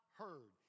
heard